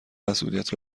مسئولیت